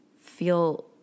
feel